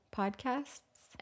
podcasts